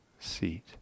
Seat